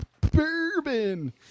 bourbon